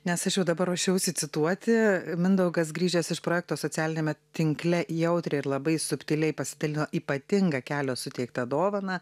nes aš jau dabar ruošiausi cituoti mindaugas grįžęs iš projekto socialiniame tinkle jautriai ir labai subtiliai pasidalino ypatinga kelio suteikta dovana